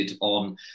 on